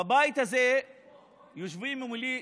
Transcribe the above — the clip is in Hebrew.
בבית הזה יושבות מולי